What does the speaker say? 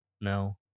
No